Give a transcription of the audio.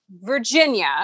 Virginia